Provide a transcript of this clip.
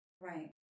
Right